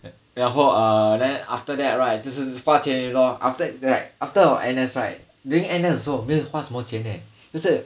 然后 uh then after that right 就是花钱而已 lor after that then after our N_S right during N_S also 没有花什么钱 eh 就是